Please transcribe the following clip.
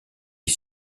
est